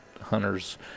hunters